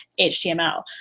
HTML